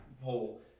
Whole